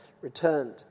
returned